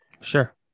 Sure